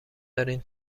دارین